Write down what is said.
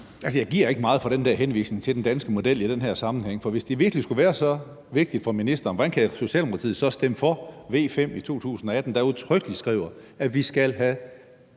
Jeg giver ikke meget for den der henvisning til den danske model i den her sammenhæng, for hvis det virkelig skulle være så vigtigt for ministeren, hvordan kan Socialdemokratiet så stemme for V 5 i 2018, der udtrykkeligt skriver, at vi skal have